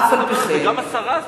אף-על-פי-כן,